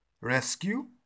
rescue